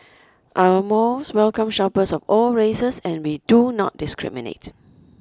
our malls welcome shoppers of all races and we do not discriminate